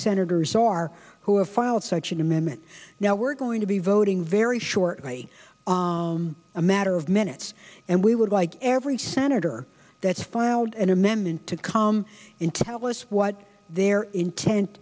senators are who have filed such an amendment now we're going to be voting very shortly a matter of minutes and we would like every senator that's filed an amendment to come in tell us what their intent